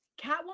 Catwoman